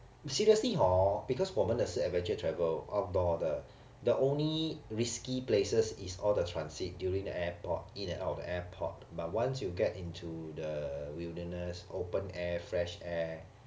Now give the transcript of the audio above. seriously hor because 我们的是 adventure travel outdoor 的 the only risky places is all the transit during the airport in and out of the airport but once you get into the wilderness open air fresh air